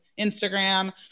Instagram